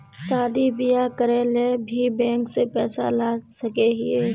शादी बियाह करे ले भी बैंक से पैसा ला सके हिये?